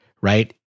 right